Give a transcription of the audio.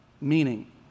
meaning